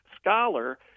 scholar